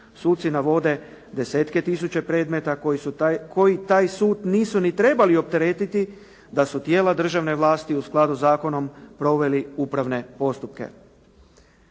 Suci navode desetke tisuća predmeta koji su taj, koji taj sud nisu ni trebali opteretiti da su tijela državne vlasti u skladu sa zakonom proveli upravne postupke.